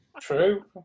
True